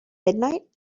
midnight